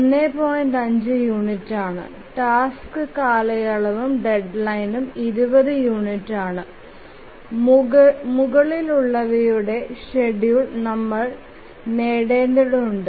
5 യൂണിറ്റാണ് ടാസ്ക് കാലയളവും ഡെഡ്ലൈൻ 20 യൂണിറ്റാണ് മുകളിലുള്ളവയുടെ ഷെഡ്യൂൾ നമ്മൾ നേടേണ്ടതുണ്ട്